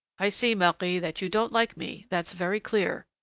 i see, marie, that you don't like me that's very clear,